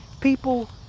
people